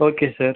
okay sir